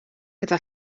gyda